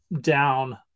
down